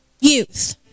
youth